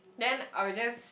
then I was just